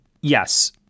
Yes